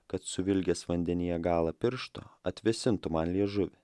kad suvilgęs vandenyje galą piršto atvėsintų man liežuvį